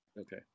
okay